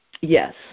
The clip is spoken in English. Yes